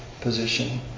position